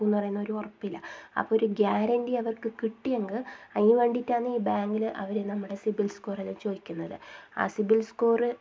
അടക്കും എന്നു പറയുന്നൊരു ഉറപ്പിലാണ് അപ്പം ഒരു ഗ്യാരണ്ടി അവർക്ക് കിട്ടിയെങ്കിൽ അതിന് വേണ്ടിയിട്ടാന്ന് ഈ ബാങ്കിൽ അവർ നമ്മുടെ സിബിൽ സ്കോറൊല്ലം ചോദിക്കുന്നത് ആ സിബിൽ സ്കോറ്